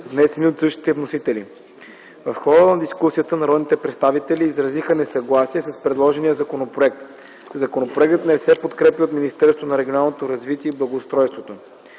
внесени от същите вносители. В хода на дискусията народните представители изразиха несъгласие с предложения законопроект. Законопроектът не се подкрепя и от Министерството на регионалното развитие и благоустройството.